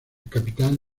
capitán